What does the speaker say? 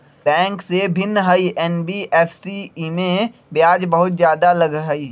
Bank से भिन्न हई एन.बी.एफ.सी इमे ब्याज बहुत ज्यादा लगहई?